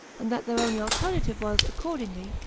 and that their only alternative was, accordingly,